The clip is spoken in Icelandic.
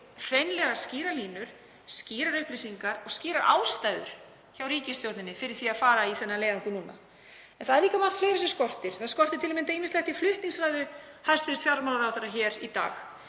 hreinlega skýrar línur, skýrar upplýsingar og skýrar ástæður hjá ríkisstjórninni fyrir því að fara í þennan leiðangur núna. Það er líka margt fleira sem skortir. Það skorti til að mynda ýmislegt í flutningsræðu hæstv. fjármálaráðherra hér í dag.